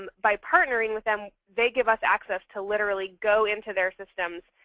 um by partnering with them, they give us access to literally go into their systems,